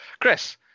chris